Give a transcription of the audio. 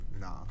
nah